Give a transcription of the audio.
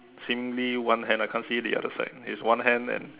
singly one hand I cannot see the other side it's one hand and